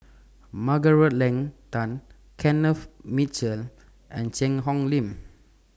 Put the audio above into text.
Margaret Leng Tan Kenneth Mitchell and Cheang Hong Lim